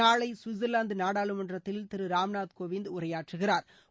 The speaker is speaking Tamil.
நாளை குவிட்சா்லாந்து நாடாளுமன்றத்தில் திரு ராம்நாத் கோவிந்த் உரையாற்றுகிறாா்